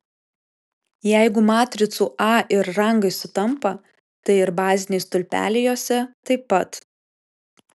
jeigu matricų a ir rangai sutampa tai ir baziniai stulpeliai jose taip pat